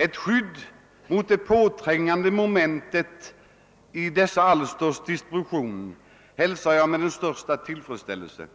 Ett skydd mot det påträngande momentet i dessa alsters distribution hälsar jag med den största tillfredsställelse,